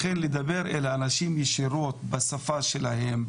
לכן לדבר אל האנשים ישירות בשפה שלהם,